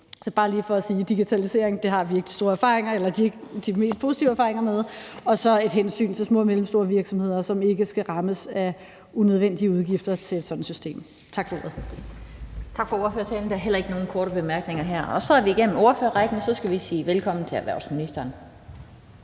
er bare lige for sige, at digitalisering har vi ikke de mest positive erfaringer med, og at der skal være et hensyn til små og mellemstore virksomheder, som ikke skal rammes af unødvendige udgifter til et sådant system. Tak for ordet. Kl. 13:19 Den fg. formand (Annette Lind): Tak for ordførertalen. Der er heller ikke nogen korte bemærkninger her. Så er vi igennem ordførerrækken, og så skal vi sige velkommen til erhvervsministeren.